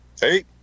Hey